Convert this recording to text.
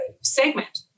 segment